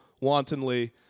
wantonly